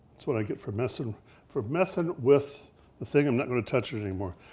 that's what i get for messing for messing with the thing i'm not gonna touch anymore.